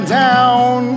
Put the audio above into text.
down